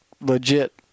legit